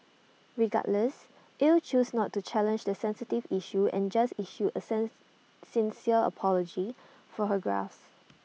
regardless Ell chose not to challenge the sensitive issue and just issued A sense sincere apology for her gaffes